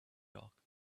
dark